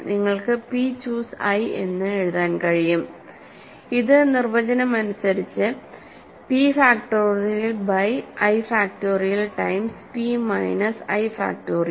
നിങ്ങൾക്ക് p choose i എന്ന് എഴുതാൻ കഴിയും ഇത് നിർവചനം അനുസരിച്ച് p factorial by i factorial times p minus i factorial